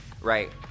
right